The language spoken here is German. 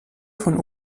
von